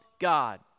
God